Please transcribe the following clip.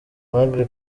magaly